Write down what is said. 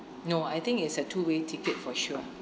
no I think it's a two way ticket for sure